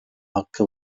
hakkı